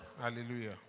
Hallelujah